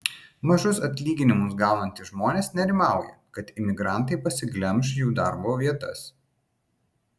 mažus atlyginimus gaunantys žmonės nerimauja kad imigrantai pasiglemš jų darbo vietas